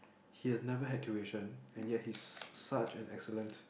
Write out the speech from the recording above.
he has never had tuition and yet he's such an excellent